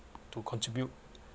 to contribute